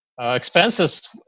expenses